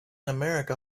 america